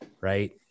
Right